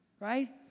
Right